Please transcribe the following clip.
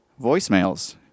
voicemails